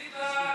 ביטן.